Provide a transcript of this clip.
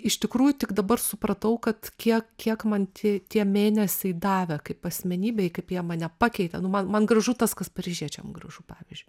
iš tikrųjų tik dabar supratau kad tiek kiek man tie tie mėnesiai davė kaip asmenybei kaip jie mane pakeitė nu man man gražu tas kas paryžiečiam gražu pavyzdžiui